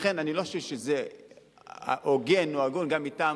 לכן, אני לא חושב שזה הוגן או הגון, גם מטעם